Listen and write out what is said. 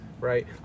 right